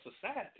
society